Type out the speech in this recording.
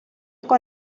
con